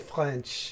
French